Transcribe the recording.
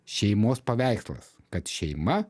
šeimos paveikslas kad šeima